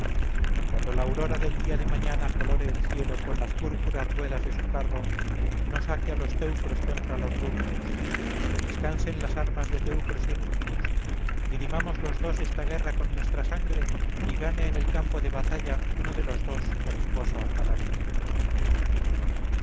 cuando la aurora del día de mañana colore el cielo con las púrpuras ruedas de su carro no saque a los teucros contra los rútulos descansen las armas de teucros y rútulos dirimamos los dos esta guerra con nuestra sangre y gane en el campo de batalla uno de los dos por esposa a